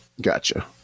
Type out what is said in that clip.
Gotcha